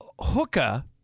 hookah